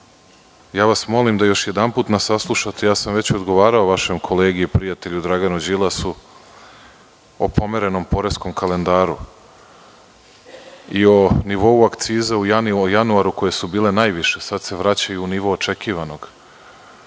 vas da me još jednom saslušate. Već sam odgovarao vašem kolegi i prijatelju Draganu Đilasu o pomerenom poreskom kalendaru i o nivou akciza u januaru koje su bile najviše, a sada se vraćaju u nivo očekivanog.